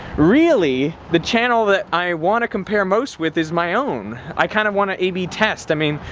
really, the channel that i want to compare most with is my own. i kind of want a ab test. i mean,